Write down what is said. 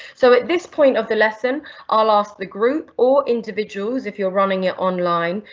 so at this point of the lesson i'll ask the group, or individuals if you're running it online,